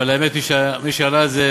אבל האמת היא שמי שעלה על זה,